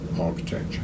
architecture